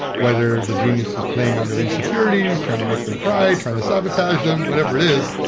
whether the genius is playing under insecurities, trying to make them cry, trying to sabotage them, whatever it is.